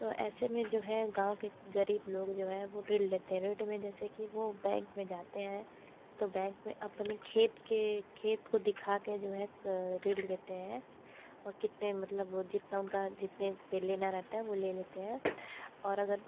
तो ऐसे में जो है गाँव के गरीब लोग जो है वो ऋण लेते हैं ऋण में जैसे कि वो बैंक में जाते हैं तो बैंक में अपनी खेत के खेत को दिखा के जो है ऋण लेते हैं और कितने मतलब जितना उनका जितने पे लेना रहता है वो ले लेते हैं और अगर